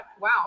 wow